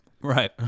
Right